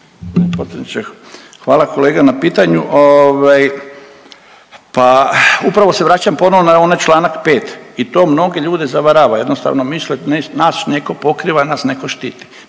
hvala kolega na pitanju. Pa upravo se vraćam ponovno na onaj čl. 5 i to mnogi ljude zavarava, jednostavno misle nas netko pokriva i nas netko štiti.